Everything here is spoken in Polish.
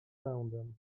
pędem